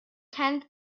tenth